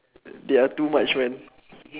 they are too much man